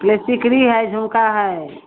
सिकरी हइ झुमका हइ